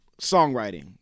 songwriting